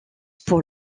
pour